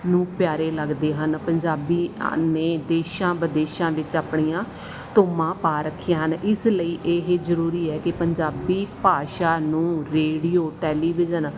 ਨੂੰ ਪਿਆਰੇ ਲੱਗਦੇ ਹਨ ਪੰਜਾਬੀਆਂ ਨੇ ਦੇਸ਼ਾਂ ਵਿਦੇਸ਼ਾਂ ਵਿੱਚ ਆਪਣੀਆਂ ਧੂੰਮਾਂ ਪਾ ਰੱਖੀਆਂ ਹਨ ਇਸ ਲਈ ਇਹ ਜ਼ਰੂਰੀ ਹੈ ਕਿ ਪੰਜਾਬੀ ਭਾਸ਼ਾ ਨੂੰ ਰੇਡੀਓ ਟੈਲੀਵਿਜ਼ਨ